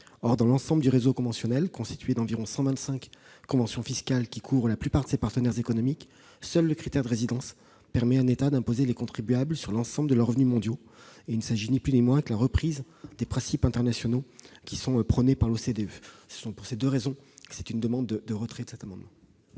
Or, dans l'ensemble du réseau conventionnel, constitué d'environ 125 conventions fiscales qui couvrent la plupart de nos partenaires économiques, seul le critère de résidence permet à un État d'imposer les contribuables sur l'ensemble de leurs revenus mondiaux. Il s'agit, ni plus ni moins, de la reprise des principes internationaux prônés par l'OCDE. Pour ces deux raisons, je demande le retrait de cet amendement.